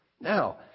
Now